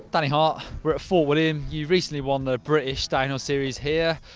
danny hart, we're at fort william. you've recently won the british downhill series here.